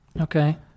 Okay